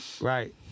right